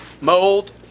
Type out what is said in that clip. Mold